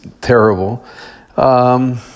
terrible